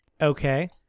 Okay